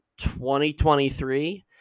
2023